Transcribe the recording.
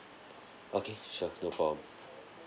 okay sure no problem